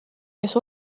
kes